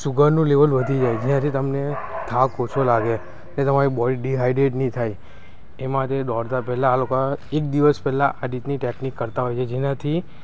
સુગરનું level વધી જાય જેનાથી તમને થાક ઓછો લાગે એ તમારી બોડી ડિહાઇડ્રેડ નહીં થાય એમાં તે દોડતા પહેલાં આ લોકા એક દિવસ પહેલાં આ રીતની ટેકનિક કરતાં હોય છે જેનાથી